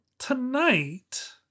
Tonight